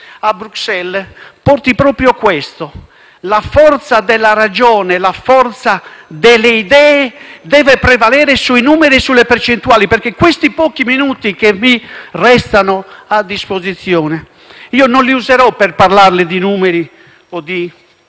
a Bruxelles proprio questo: la forza della ragione e delle idee deve prevalere sui numeri e sulle percentuali. I pochi minuti che mi restano a disposizione, non li userò per parlarle di numeri o di